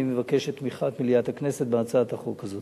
אני מבקש את תמיכת מליאת הכנסת בהצעת החוק הזאת.